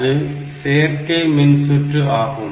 அது சேர்க்கை மின்சுற்று ஆகும்